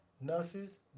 nurses